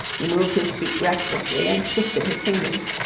he moved his feet restlessly and twisted his fingers.